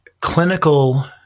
clinical